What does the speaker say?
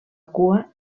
cua